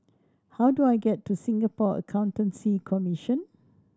how do I get to Singapore Accountancy Commission